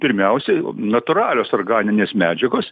pirmiausiai natūralios organinės medžiagos